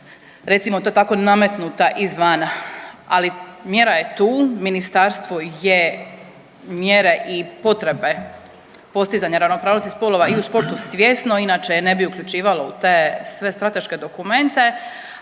recimo to tako nametnuta iz vana ali mjera je tu ministarstvo je mjere i potrebe postizanja ravnopravnosti spolova i u sportu svjesno inače je ne bi uključivalo u te sve strateške dokumente,